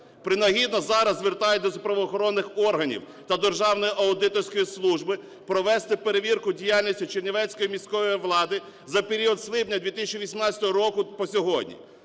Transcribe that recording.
Принагідно зараз звертаюсь до правоохоронних органів та Державної аудиторської служби провести перевірку діяльності Чернівецької міської влади за період з липня 2018 року по сьогодні.